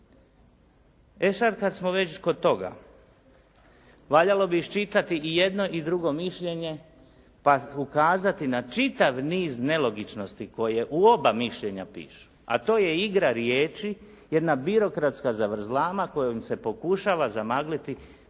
E sad kad smo već kod toga valjalo bi iščitati i jedno i drugo mišljenje pa ukazati na čitav niz nelogičnosti koje u oba mišljenja pišu, a to je igra riječi, jedna birokratska zavrzlama kojom se pokušava zamagliti